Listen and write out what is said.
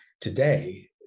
today